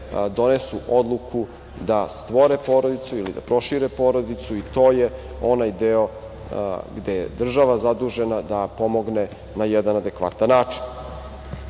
donesu odluku da stvore porodicu ili da prošire porodicu. To je onaj deo gde je država zadužena da pomogne na jedan adekvatan način. Opet